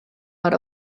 out